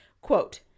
quote